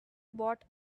bought